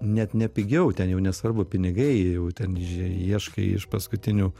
net ne pigiau ten jau nesvarbu pinigai jau ten ieškai iš paskutinių